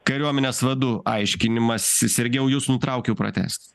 kariuomenės vadu aiškinimąsi sergejau jus nutraukiau pratęs